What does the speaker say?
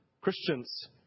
Christians